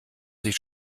sich